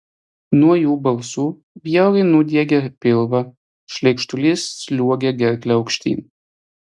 nuo jų balsų bjauriai nudiegia pilvą šleikštulys sliuogia gerkle aukštyn